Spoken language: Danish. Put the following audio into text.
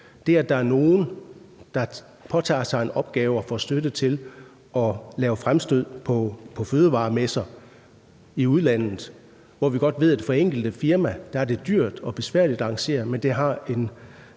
sig selv. Der er nogen, der påtager sig en opgave og får støtte til at lave fremstød på fødevaremesser i udlandet, og når vi godt ved, at det for det enkelte firma er dyrt og besværligt at arrangere, men at det har en